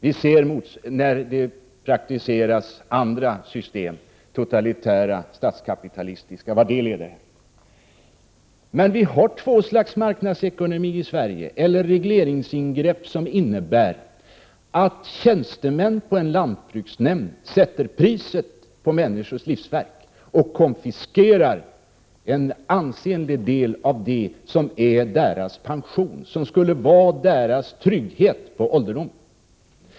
Vi ser vart det leder när man praktiserar andra system — totalitära, statskapitalistiska. Men vi har två slags prismarknader i Sverige. Det förekommer regleringsingrepp som innebär att statstjänstemän på en lantbruksnämnd sätter priset på människors livsverk och konfiskerar en ansenlig del av det som är deras pension — det som skulle vara deras trygghet på ålderdomen.